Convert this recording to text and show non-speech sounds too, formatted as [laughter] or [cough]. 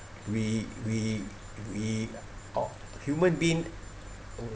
we we we [noise] human being